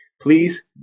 please